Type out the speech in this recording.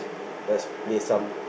let's play some